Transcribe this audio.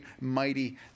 mighty